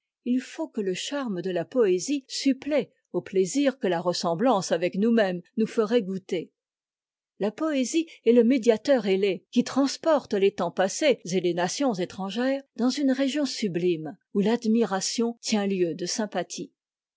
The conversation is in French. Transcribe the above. il faut que le charme de la poésie supplée au plaisir que la ressemblance avec nous-mêmes nous ferait goûter la poésie est le médiateur ailé qui transporte les temps passés et les nations étrangères dans une région sublime où l'admiration tient lieu de sympathie